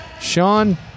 Sean